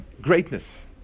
greatness